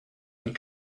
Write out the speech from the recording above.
and